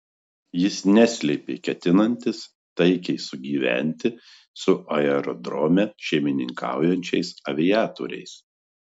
jis neslėpė ketinantis taikiai sugyventi su aerodrome šeimininkaujančiais aviatoriais